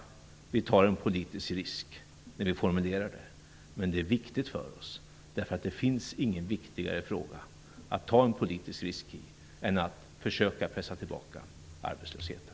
Vi tar en politisk risk när vi formulerar det, men det är viktigt för oss. Det finns ingen viktigare fråga att ta en politisk risk i än att försöka pressa tillbaka arbetslösheten.